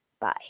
Bye